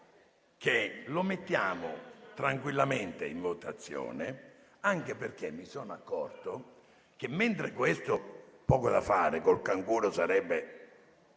che lo mettiamo tranquillamente in votazione, anche perché mi sono accorto che mentre questo - c'è poco da fare - con il canguro, tranne